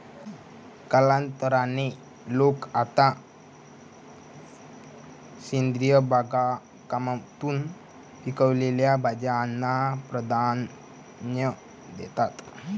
कालांतराने, लोक आता सेंद्रिय बागकामातून पिकवलेल्या भाज्यांना प्राधान्य देतात